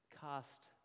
cast